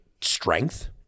strength